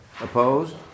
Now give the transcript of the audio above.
opposed